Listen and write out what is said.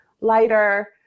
lighter